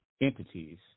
entities